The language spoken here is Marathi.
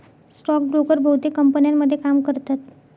स्टॉक ब्रोकर बहुतेक कंपन्यांमध्ये काम करतात